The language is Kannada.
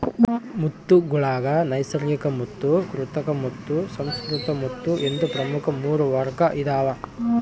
ಮುತ್ತುಗುಳಾಗ ನೈಸರ್ಗಿಕಮುತ್ತು ಕೃತಕಮುತ್ತು ಸುಸಂಸ್ಕೃತ ಮುತ್ತು ಎಂದು ಪ್ರಮುಖ ಮೂರು ವರ್ಗ ಇದಾವ